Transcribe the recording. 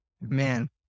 man